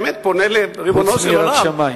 באמת פונה לריבונו של עולם